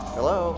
Hello